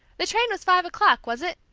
the train was five o'clock, was it?